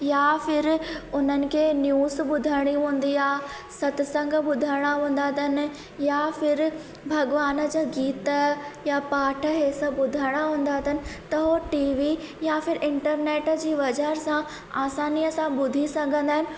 या फिर उन्हनि खे न्यूज़ ॿुधणी हूंदी आहे सत्संग ॿुधणा हूंदा अथनि या फिर भॻवान जा गीत या पाठ इहे सभु ॿुधणा हूंदा अथनि त हू टी वी या फिर इंटरनेट जी वजह सां असानीअ सां ॿुधी सघंदा आहिनि